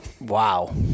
Wow